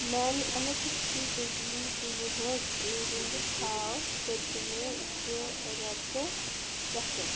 میانہِ اؠلَکٹَرسِٹی بِجلی بِلہِ ہِنٛز ریٖڈنگہٕ ہاو پٔتمہِ زٕ رٮ۪تہٕ پٮ۪ٹھٕ